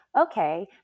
okay